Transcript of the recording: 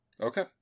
Okay